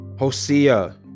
Hosea